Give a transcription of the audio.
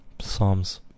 Psalms